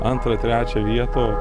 antrą trečią vietą